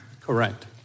Correct